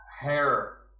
hair